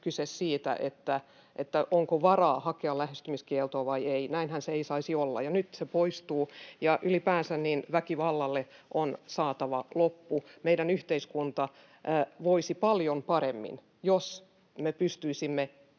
ole kyse siitä, onko varaa hakea lähestymiskieltoa vai ei. Näinhän se ei saisi olla, ja nyt se poistuu, ja ylipäänsä väkivallalle on saatava loppu. Meidän yhteiskunta voisi paljon paremmin, jos me pystyisimme